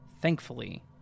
thankfully